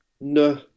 No